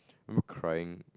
I'm crying